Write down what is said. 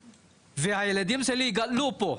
והילדים שלנו גדלו פה.